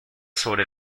sobre